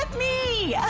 me!